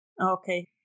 Okay